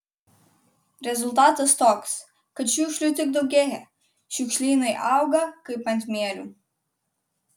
rezultatas toks kad šiukšlių tik daugėja šiukšlynai auga kaip ant mielių